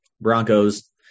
Broncos